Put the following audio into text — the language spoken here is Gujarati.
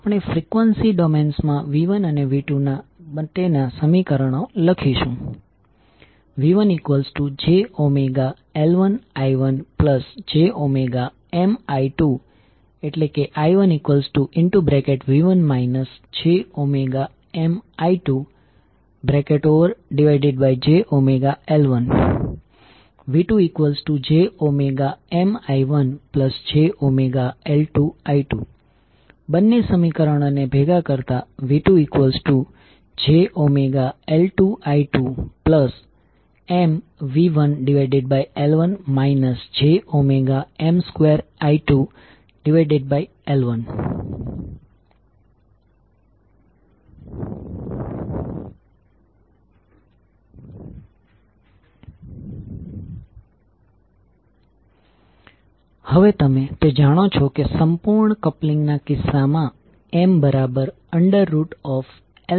આપણે ફ્રીક્વન્સી ડોમેન્સમાં V1અને V2 માટે ના સમીકરણો લખીશું V1jωL1I1jωMI2I1V1 jωMI2jωL1 V2jωMI1jωL2I2 બંને સમીકરણો ને ભેગા કરતા V2jωL2I2MV1L1 jωM2I2L1 હવે તમે તે જાણો છો કે સંપૂર્ણ કપલિંગ ના કિસ્સામાં ML1L2 છે